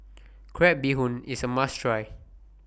Crab Bee Hoon IS A must Try